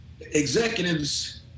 Executives